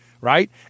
right